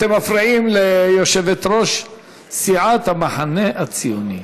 אתם מפריעים ליושבת-ראש סיעת המחנה הציוני.